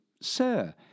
Sir